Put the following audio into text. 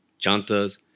chantas